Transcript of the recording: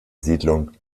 siedlung